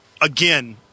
Again